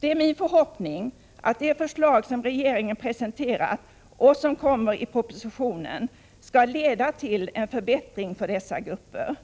Det är min förhoppning att det förslag som regeringen presenterar och som kommer i propositionen skall leda till en förbättring för dessa grupper.